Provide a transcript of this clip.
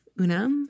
Una